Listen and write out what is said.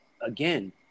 again